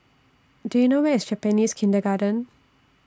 Do YOU know Where IS Japanese Kindergarten